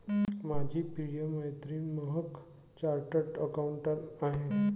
माझी प्रिय मैत्रीण महक चार्टर्ड अकाउंटंट आहे